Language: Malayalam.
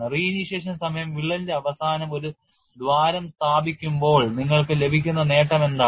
Re initiation സമയം വിള്ളലിന്റെ അവസാനം ഒരു ദ്വാരം സ്ഥാപിക്കുമ്പോൾ നിങ്ങൾക്ക് ലഭിക്കുന്ന നേട്ടം എന്താണ്